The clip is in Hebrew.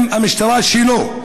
עם המשטרה שלו,